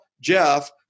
Jeff